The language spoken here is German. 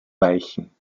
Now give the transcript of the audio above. weichen